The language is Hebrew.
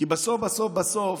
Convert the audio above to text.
כי בסוף בסוף בסוף,